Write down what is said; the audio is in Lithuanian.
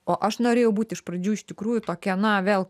o aš norėjau būt iš pradžių iš tikrųjų tokia na vėl